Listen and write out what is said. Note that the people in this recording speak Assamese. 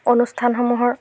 অনুষ্ঠানসমূহৰ